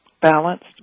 balanced